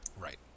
Right